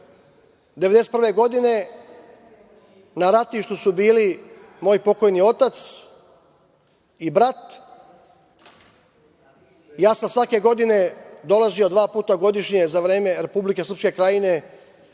1991. na ratištu su bili moj pokojni otac i brat. Ja sam svake godine dolazio dva puta godišnje za vreme RSK i tokom zime